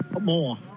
More